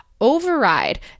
override